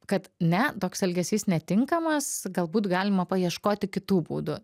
kad ne toks elgesys netinkamas galbūt galima paieškoti kitų būdų